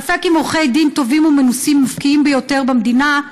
ספק אם עורכי דין טובים ומנוסים ובקיאים ביותר במדינה,